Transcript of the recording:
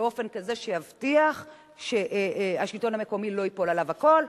באופן כזה שיבטיח שהשלטון המקומי לא ייפול עליו הכול,